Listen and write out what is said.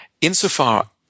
Insofar